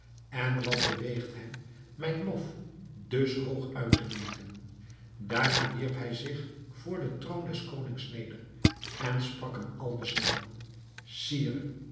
en wat beweegt hem mijn lof dus hoog uit te meten daarna wierp hij zich voor den troon des konings neder en sprak hem aldus aan sire